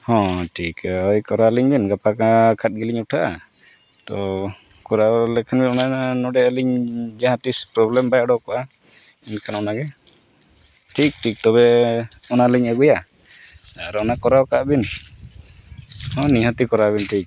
ᱦᱮᱸ ᱴᱷᱤᱠᱟᱹ ᱦᱳᱭ ᱠᱚᱨᱟᱣ ᱟᱹᱞᱤᱧ ᱵᱮᱱ ᱜᱟᱯᱟ ᱠᱷᱟᱡ ᱜᱮᱞᱤᱧ ᱩᱴᱷᱟᱹᱜᱼᱟ ᱛᱳ ᱠᱚᱨᱟᱣ ᱞᱮᱠᱷᱟᱱ ᱱᱚᱰᱮ ᱟᱹᱞᱤᱧ ᱡᱟᱦᱟᱸ ᱛᱤᱥ ᱯᱨᱚᱵᱞᱮᱢ ᱵᱟᱭ ᱩᱰᱩᱠᱚᱜᱼᱟ ᱢᱮᱱᱠᱷᱟᱱ ᱚᱱᱟᱜᱮ ᱴᱷᱤᱠ ᱴᱷᱤᱠ ᱛᱚᱵᱮ ᱚᱱᱟᱞᱤᱧ ᱟᱹᱜᱩᱭᱟ ᱟᱨ ᱚᱱᱟ ᱠᱚᱨᱟᱣ ᱠᱟᱜ ᱵᱤᱱ ᱦᱚᱸ ᱱᱤᱦᱟᱹᱛᱤ ᱠᱚᱨᱟᱣ ᱵᱤᱱ ᱴᱷᱤᱠ